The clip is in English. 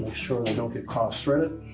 sure they don't get cross-threaded.